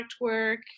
work